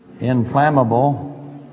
Inflammable